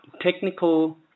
technical